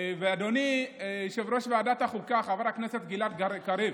ואדוני יושב-ראש ועדת החוקה, חבר הכנסת גלעד קריב,